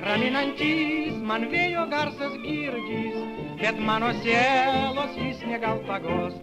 praeinantis man vėjo garsas girdis bet mano sielos jis negal paguost